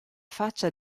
faccia